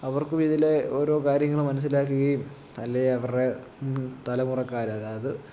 അവർക്കും ഇതിലെ ഓരോ കാര്യങ്ങള് മനസിലാക്കുകയും അല്ലെൽ അവരുടെ തലമുറക്കാര് അതായത്